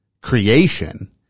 creation